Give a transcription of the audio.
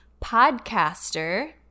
podcaster